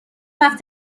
وقت